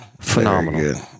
phenomenal